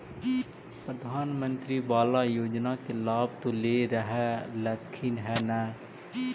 प्रधानमंत्री बाला योजना के लाभ तो ले रहल्खिन ह न?